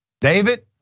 David